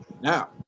Now